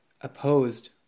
opposed